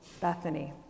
Bethany